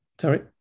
Sorry